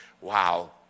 Wow